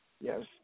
Yes